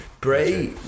Bray